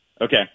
Okay